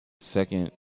Second